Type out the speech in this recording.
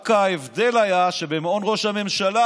ההבדל היה רק שבמעון ראש הממשלה,